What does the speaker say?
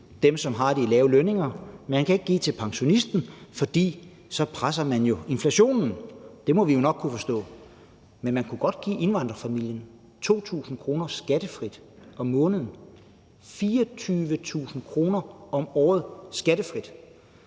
dem, der har de lave lønninger, og man kan ikke give til pensionisterne, for så presser man jo inflationen – det må vi nok kunne forstå. Men man kunne godt give indvandrerfamilierne 2.000 kr. skattefrit om måneden, altså 24.000 kr. om året skattefrit.